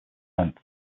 length